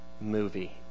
movie